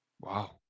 Wow